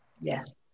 Yes